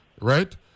right